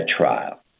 trial